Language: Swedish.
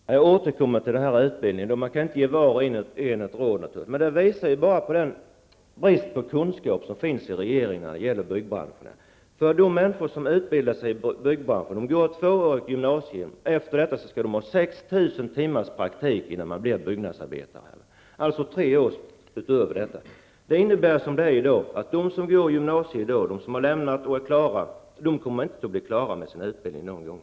Fru talman! Jag återkommer till frågan om utbildningen. Man kan naturligtvis inte ge var och en av eleverna ett råd, men vad arbetsmarknadsministern säger visar bara på den brist på kunskap som finns inom regeringen när det gäller byggbranschen. De människor som utbildar sig för byggbranschen går två år i gymnasiet, och efter detta skall de ha 6 000 timmars praktik -- alltså ytterligare tre år -- innan de blir färdiga byggnadsarbetare. Detta innebär som det är i dag att de som i dag genomgår denna gymnasieutbildning och de som har lämnat utbildningen inte kommer att bli klara med sin utbildning någon gång.